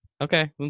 Okay